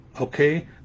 Okay